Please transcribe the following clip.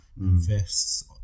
invests